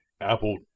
Apple